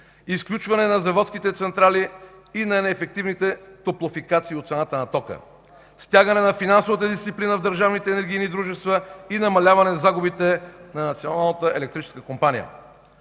изключване на заводските централи и на неефективните топлофикации от цената на тока, стягане на финансовата дисциплина в държавните